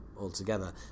altogether